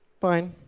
fine,